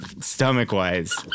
stomach-wise